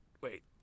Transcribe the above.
Wait